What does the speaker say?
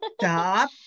stop